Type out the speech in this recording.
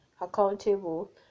accountable